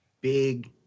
big